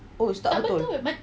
is tak betul